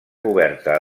coberta